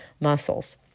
muscles